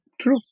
True